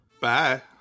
Bye